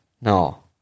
No